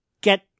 get